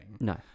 no